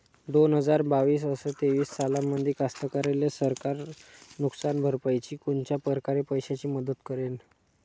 दोन हजार बावीस अस तेवीस सालामंदी कास्तकाराइले सरकार नुकसान भरपाईची कोनच्या परकारे पैशाची मदत करेन?